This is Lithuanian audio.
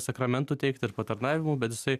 sakramentų teikt ir patarnavimų bet jisai